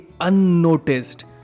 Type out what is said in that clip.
unnoticed